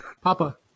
Papa